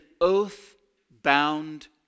oath-bound